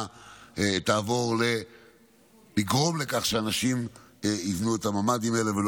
תגרום לכך שאנשים יבנו את הממ"דים האלה,